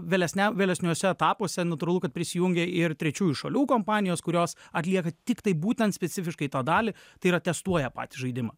vėlesniam vėlesniuose etapuose natūralu kad prisijungia ir trečiųjų šalių kompanijos kurios atlieka tiktai būtent specifiškai tą dalį tai yra testuoja patį žaidimą